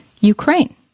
Ukraine